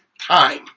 time